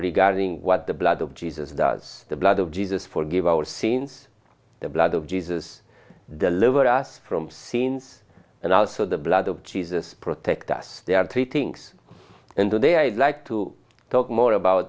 regarding what the blood of jesus does the blood of jesus forgive our sins the blood of jesus deliver us from sins and also the blood of jesus protect us there are three things and today i'd like to talk more about